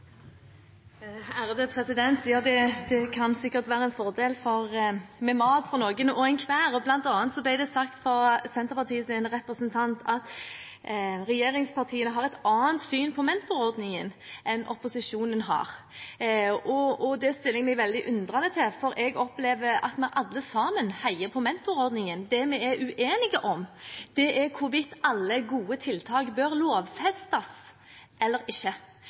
Det kan sikkert være en fordel med mat for noen hver. Blant annet fra Senterpartiets representant ble det sagt at regjeringspartiene har et annet syn på mentorordningen enn opposisjonen har. Det stiller jeg meg veldig undrende til, for jeg opplever at vi alle sammen heier på mentorordningen. Det vi er uenige om, er hvorvidt alle gode tiltak bør lovfestes eller ikke.